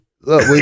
look